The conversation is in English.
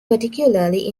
particularly